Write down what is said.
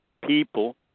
people